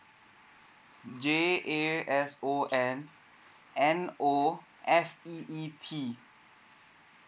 J A S O N N O F E E T